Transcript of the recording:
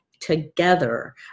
together